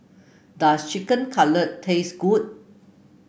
does Chicken Cutlet taste good